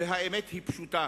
והאמת היא פשוטה: